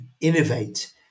innovate